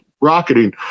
rocketing